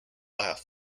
laugh